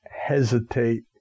hesitate